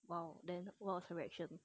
!wow! then what's your reaction